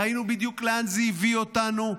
ראינו בדיוק לאן זה הביא אותנו.